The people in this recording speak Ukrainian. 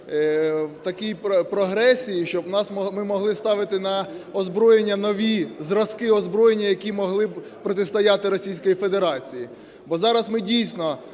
такій прогресії, щоб ми могли ставити на озброєння нові зразки озброєння, які могли б протистояти Російській